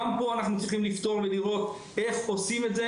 גם זו סוגיה שאנחנו צריכים לפתור ולחשוב איך עושים אותה